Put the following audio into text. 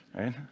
right